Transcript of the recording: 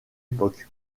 époque